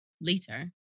later